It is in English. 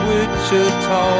Wichita